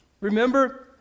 Remember